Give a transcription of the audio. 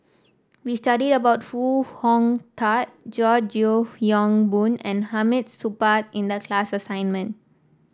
we studied about Foo Hong Tatt George Yeo Yong Boon and Hamid Supaat in the class assignment